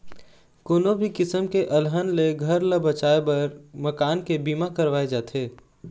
कोनो भी किसम के अलहन ले घर ल बचाए बर मकान के बीमा करवाए जाथे